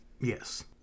Yes